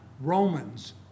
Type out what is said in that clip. Roman's